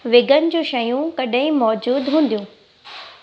vegan जूं शयूं कॾहिं मौजूदु हूंदियूं